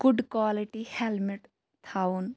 good quality helmet تھاوُن